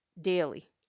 daily